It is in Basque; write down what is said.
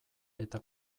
eta